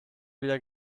wieder